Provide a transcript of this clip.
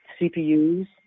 CPUs